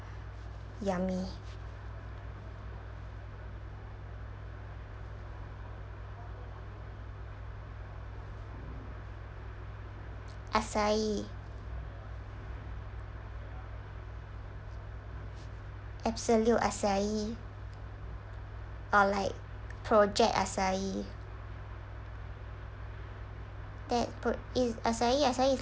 yummy asahi absolute asahi or like project asahi that pro~ is asahi asahi is